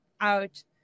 out